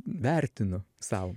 vertinu sau